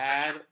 add